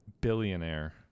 billionaire